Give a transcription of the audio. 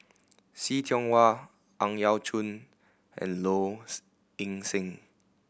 See Tiong Wah Ang Yau Choon and Lows Ing Sing